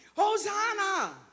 Hosanna